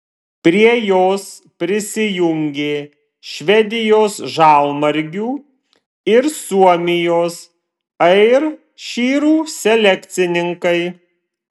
prie jos prisijungė švedijos žalmargių ir suomijos airšyrų selekcininkai